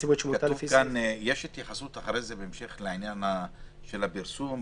יש התייחסות אחרי זה בהמשך לעניין של הפרסום,